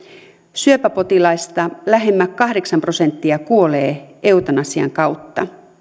syöpäpotilaista lähes kahdeksan prosenttia kuolee eutanasian kautta